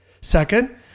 Second